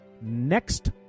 next